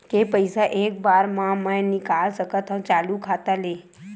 के पईसा एक बार मा मैं निकाल सकथव चालू खाता ले?